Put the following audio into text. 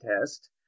test